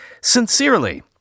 sincerely